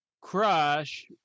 crush